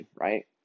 right